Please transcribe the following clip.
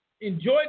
enjoy